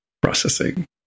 processing